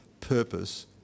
purpose